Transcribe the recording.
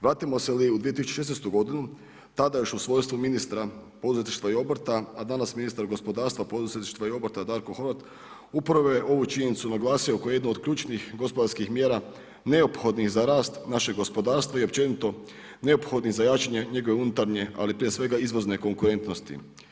Vratimo se li u 2016. godinu tada još u svojstvu ministra poduzetništva i obrta, a danas ministar gospodarstva, poduzetništva i obra Darko Horvat upravo je ovu činjenicu naglasio kao jednu od ključnih gospodarskih mjera neophodnih za rast našeg gospodarstva i općenito neophodnih za jačanje njegove unutarnje, ali prije svega izvozne konkurentnosti.